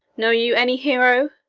know you any, hero?